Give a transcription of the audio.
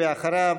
ואחריו,